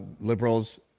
liberals